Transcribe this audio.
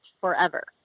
forever